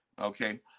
Okay